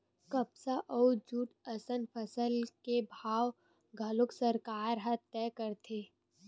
कपसा अउ जूट असन फसल के भाव घलोक सरकार ह तय करथे